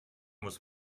muss